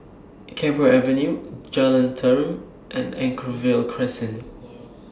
Camphor Avenue Jalan Tarum and Anchorvale Crescent